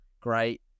great